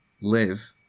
live